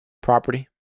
property